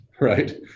Right